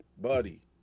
buddy